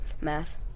Math